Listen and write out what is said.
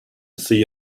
see